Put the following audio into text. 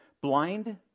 blind